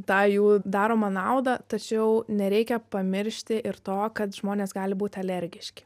tą jų daromą naudą tačiau nereikia pamiršti ir to kad žmonės gali būt alergiški